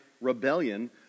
rebellion